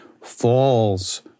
falls